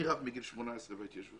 אני רק מגיל 18 בהתיישבות